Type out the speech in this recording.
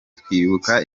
twibuka